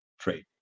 trade